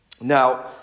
Now